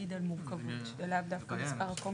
שמעיד על מורכבות ולאו דווקא מספר הקומות